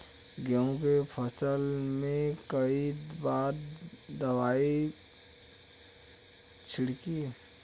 गेहूँ के फसल मे कई बार दवाई छिड़की?